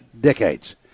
decades